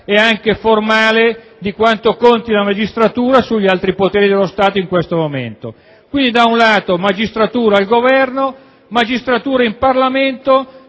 e anche formale di quanto conti la magistratura sugli altri poteri dello Stato in questo momento. Quindi, da un lato vi è la magistratura al Governo e in Parlamento